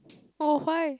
oh why